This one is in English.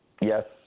yes